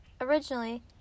Originally